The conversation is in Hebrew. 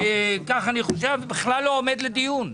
כך אני חושב, זה בכלל לא עומד לדיון.